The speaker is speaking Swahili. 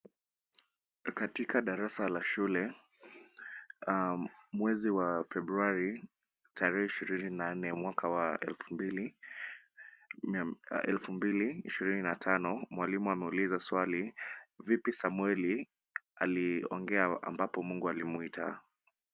Katika darasa la shule, mwezi wa februari tarehe ishirini na nne, mwaka wa elfu mbili ishirini na tano. Mwalimu ameuliza swali vipi samweli aliongea mungu alipomwita.